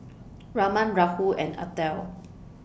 Raman Rahul and Atal